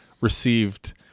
received